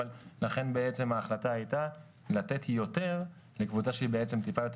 לכן בעצם ההחלטה הייתה לתת יותר לקבוצה שהיא בעצם טיפה יותר